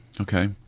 Okay